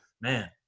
man